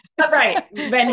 right